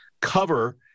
cover